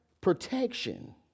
protection